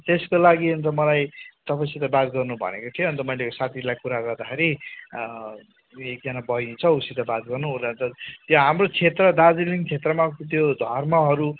त्यसको लागि अन्त मलाई तपाईँसित बात गर्नु भनेको थियो अन्त मैले साथीलाई कुरा गर्दाखेरि एकजना बहिनी छ उसित बात गर्नु उसलाई त त्यो हाम्रो क्षेत्र दार्जिलिङ क्षेत्रमा त्यो धर्महरू